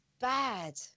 bad